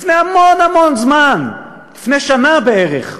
לפני המון המון זמן, לפני שנה בערך,